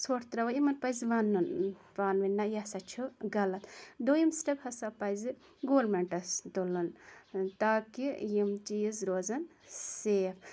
ژھوٚٹھ ترٛاوان یِمَن پَزِ وَنُن پانہٕ ؤنۍ نہ یہِ ہَسا چھُ غَلَط دوٚیِم سٹٮ۪پ ہَسا پَزِ گورمینٹَس تُلُن تاکہِ یِم چیٖز روزَن سیف